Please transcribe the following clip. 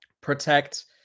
protect –